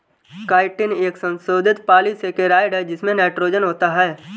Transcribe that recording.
chitin एक संशोधित polysaccharide है जिसमें नाइट्रोजन होता है